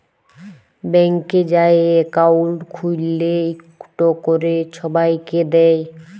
ব্যাংকে যাঁয়ে একাউল্ট খ্যুইলে ইকট ক্যরে ছবাইকে দেয়